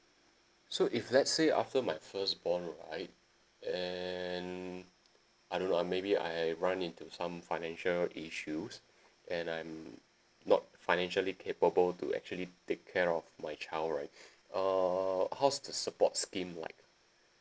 so if let's say after my first born right and I don't know uh maybe I run into some financial issues and I'm not financially capable to actually take care of my child right uh how's the support scheme like